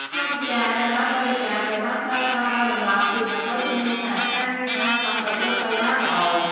ថវិកាដែលបានបរិច្ចាគ ត្រូវបានប្រើប្រាស់ដោយតម្លាភាពដើម្បីធានាថាការងារសាងសង់ប្រព្រឹត្តទៅបានល្អ។